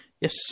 Yes